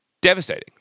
Devastating